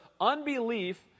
unbelief